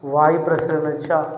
वायुः प्रसरणञ्च